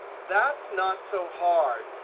that's not so hard.